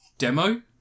Demo